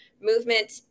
Movement